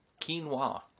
quinoa